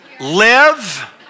live